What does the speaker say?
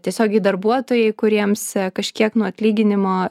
tiesiogiai darbuotojai kuriems kažkiek nuo atlyginimo